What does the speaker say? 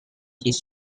his